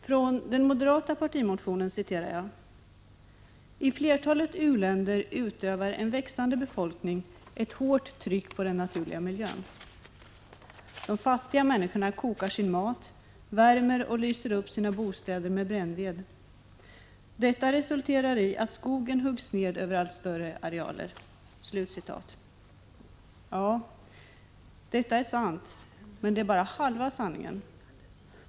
Ur den moderata partimotionen U218 citerar jag: ”I flertalet u-länder utövar en växande befolkning ett hårt tryck på den naturliga miljön. De fattiga människorna kokar sin mat, värmer och lyser upp sina bostäder med brännved. Detta resulterar i att skogen huggs ned över allt större arealer.” Ja, detta är sant — men det är bara halva sanningen.